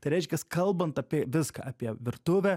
tai reiškias kalbant apie viską apie virtuvę